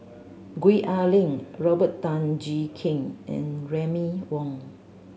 Gwee Ah Leng Robert Tan Jee Keng and Remy Ong